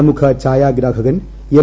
പ്രമുഖ ഛായാഗ്രാഹകൻ എം